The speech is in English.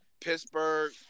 Pittsburgh